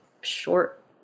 short